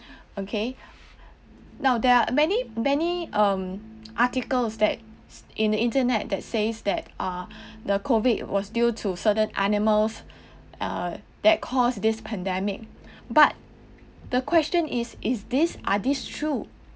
okay now there are many many um articles that's in the internet that says that uh the COVID was due to certain animals uh that caused this pandemic but the question is is this are these true